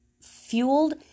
fueled